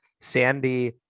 Sandy